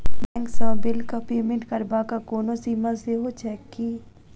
Bank सँ बिलक payment करबाक कोनो सीमा सेहो छैक की?